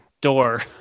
door